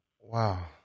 Wow